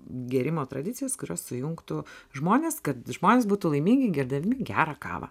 gėrimo tradicijas kurios sujungtų žmones kad žmonės būtų laimingi gerdami gerą kavą